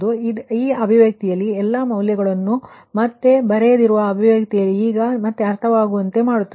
ಮತ್ತೆ ಅದೇ ಅಭಿವ್ಯಕ್ತಿಯಲ್ಲಿ ಎಲ್ಲಾ ಮೌಲ್ಯಗಳನ್ನು ಮತ್ತೆ ಅಭಿವ್ಯಕ್ತಿ ಗಳನ್ನು ಬರೆಯುವ ಅವಶ್ಯಕತೆ ಇಲ್ಲಈ